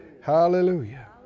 Hallelujah